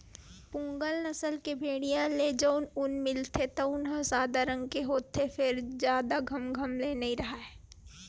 पूगल नसल के भेड़िया ले जउन ऊन मिलथे तउन ह सादा रंग के होथे फेर जादा घमघम ले नइ राहय